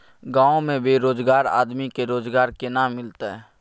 गांव में बेरोजगार आदमी के रोजगार केना मिलते?